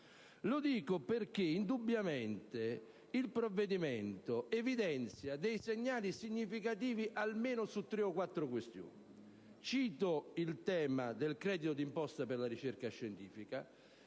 politico. Indubbiamente, infatti, il provvedimento manda dei segnali significativi almeno su tre o quattro questioni. Cito il tema del credito d'imposta per la ricerca scientifica,